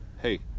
hey